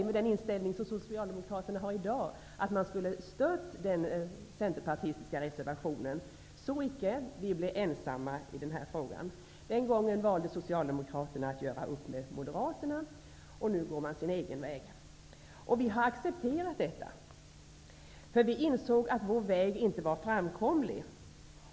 Med den inställning som socialdemokraterna har i dag borde de ha stött den centerpartistiska reservationen. Men så icke, vi blev ensamma i den här frågan. Den gången valde socialdemokraterna att göra upp med moderaterna. Nu går de sin egen väg. Detta har vi accepterat. Vi insåg att vår väg inte var framkomlig.